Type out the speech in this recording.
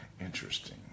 interesting